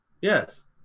yes